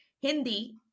Hindi